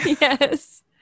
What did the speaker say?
Yes